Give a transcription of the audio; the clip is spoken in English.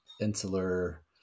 insular